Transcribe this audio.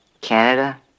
Canada